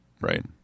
Right